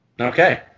Okay